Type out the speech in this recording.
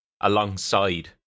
alongside